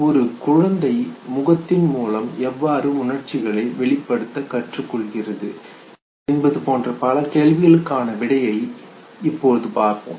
ஒரு குழந்தை முகத்தின் மூலம் எவ்வாறு உணர்ச்சிகளை வெளிப்படுத்த கற்றுக் கொள்கிறது என்பதை பார்ப்போம்